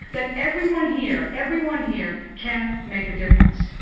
that everyone here everyone here can make a difference.